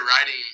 writing